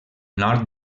nord